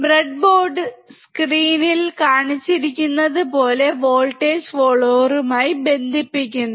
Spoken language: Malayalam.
ബ്രെഡ്ബോർഡിൽ സ്ക്രീനിൽ കാണിച്ചിരിക്കുന്നതുപോലെ വോൾട്ടേജ് ഫോളോവറുമായി ബന്ധിപ്പിക്കുക